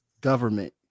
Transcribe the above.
Government